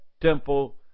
temple